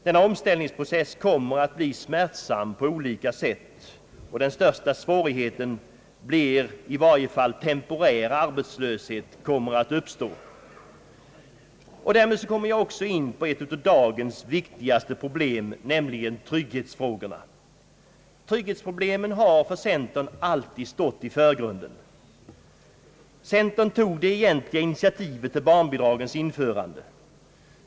Denna omställningsprocess kommer att bli smärtsam på olika sätt, och den största svårigheten blir i varje fall att temporär arbetslöshet kommer att uppstå. Därmed kommer jag in på ett av dagens viktigaste problem nämligen trygghetsfrågorna. Trygghetsproblemen har för centern alltid stått i förgrunden. Centern tog det egentliga initiativet till barnbidragens införande.